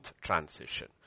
transition